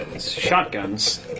Shotguns